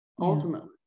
Ultimately